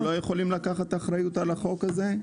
אנחנו לא יכולים לקחת אחריות על החוק הזה?